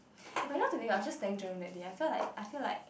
eh by the way today i was just telling jerome that day that I feel like I feel like